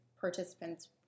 participants